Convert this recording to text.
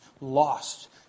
lost